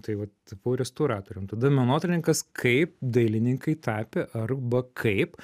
tai vat buvau restauratorium tada menotyrininkas kaip dailininkai tapė arba kaip